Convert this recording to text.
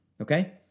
Okay